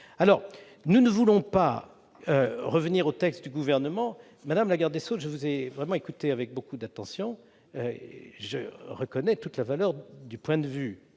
pas. Nous ne voulons pas revenir au texte du Gouvernement. Madame la garde des sceaux, je vous ai vraiment écoutée avec beaucoup d'attention et je reconnais toute la valeur du point de vue